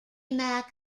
mack